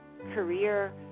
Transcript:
career